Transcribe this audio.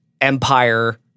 empire